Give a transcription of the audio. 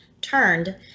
turned